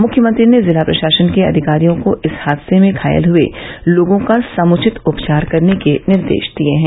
मुख्यमंत्री ने जिला प्रषासन के अधिकारियों को इस हादसे में घायल हुए लोगों का समुचित उपचार कराने के निर्देष दिये हैं